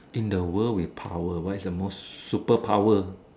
in the word with power what is your most super power